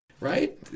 right